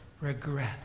regret